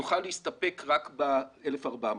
נוכל להסתפק רק ב-1,400.